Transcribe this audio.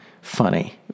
funny